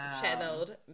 channeled